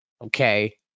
Okay